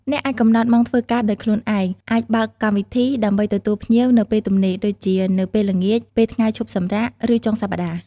អ្នកអាចកំណត់ម៉ោងធ្វើការដោយខ្លួនឯង អាចបើកកម្មវិធីដើម្បីទទួលភ្ញៀវនៅពេលទំនេរដូចជានៅពេលល្ងាច ពេលថ្ងៃឈប់សម្រាក ឬចុងសប្តាហ៍។